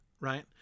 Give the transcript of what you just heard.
right